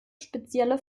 spezielle